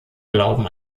glauben